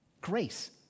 grace